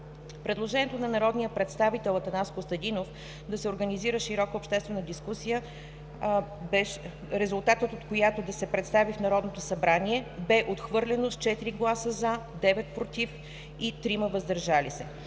Предложението на народния представител Атанас Костадинов да се организира широка обществена дискусия, резултатът от която да се представи в Народното събрание, бе отхвърлено с 4 гласа „за”, 9 „против” и 3 „въздържали се”.